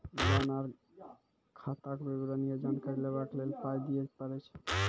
Loan आर खाताक विवरण या जानकारी लेबाक लेल पाय दिये पड़ै छै?